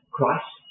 Christ